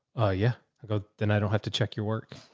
ah, yeah, i'll go then i don't have to check your work.